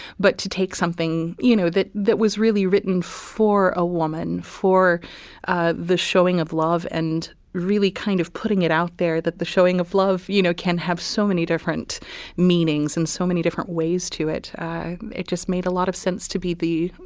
but to take something, you know, that that was really written for a woman for ah the showing of love and really kind of putting it out there, that the showing of love, you know, can have so many different meanings and so many different ways to it. it just made a lot of sense to be the.